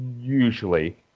usually